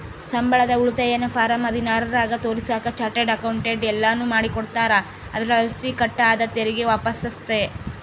ಸಂಬಳದ ಉಳಿತಾಯನ ಫಾರಂ ಹದಿನಾರರಾಗ ತೋರಿಸಾಕ ಚಾರ್ಟರ್ಡ್ ಅಕೌಂಟೆಂಟ್ ಎಲ್ಲನು ಮಾಡಿಕೊಡ್ತಾರ, ಅದರಲಾಸಿ ಕಟ್ ಆದ ತೆರಿಗೆ ವಾಪಸ್ಸಾತತೆ